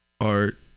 art